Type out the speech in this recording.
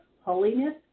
holiness